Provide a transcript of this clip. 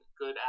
good